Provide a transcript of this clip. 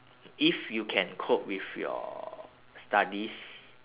if you can cope with your studies